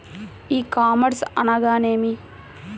ఈ కామర్స్ అనగానేమి?